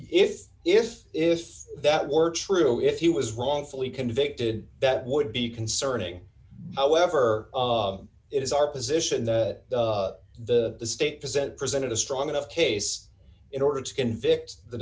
if if if that were true if he was wrongfully convicted that would be concerning however it is our position that the state present presented a strong enough case in order to convict the